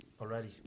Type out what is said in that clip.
already